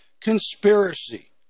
conspiracy